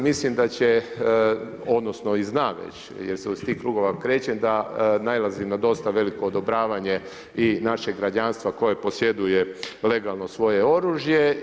Mislim da će, odnosno i znam već jer se iz tih krugova krećem da nalazi na dosta veliko odobravanje i našeg građanstva koje posjeduje legalno svoje oružje.